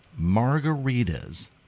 margaritas